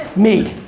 me.